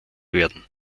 werden